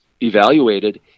evaluated